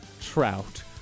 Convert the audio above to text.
Trout